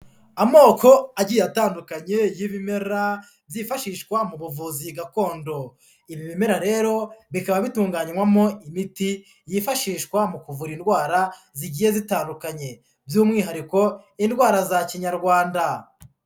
Amoko agiye atandukanye y'ibimera, byifashishwa mu buvuzi gakondo, ibi bimera rero bikaba bitunganywamo imiti yifashishwa mu kuvura indwara zigiye zitandukanye by'umwihariko indwara za Kinyarwanda.